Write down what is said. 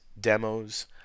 demos